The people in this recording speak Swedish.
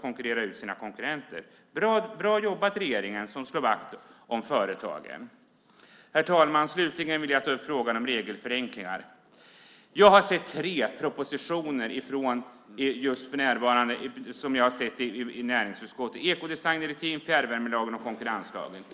konkurrera ut sina konkurrenter på ett oseriöst vis. Bra jobbat, regeringen! Ni slår vakt om företagen! Herr talman! Slutligen vill jag ta upp frågan om regelförenklingar. Jag har sett tre propositioner i näringsutskottet. Det handlar om ekodesigndirektivet, fjärrvärmelagen och konkurrenslagen.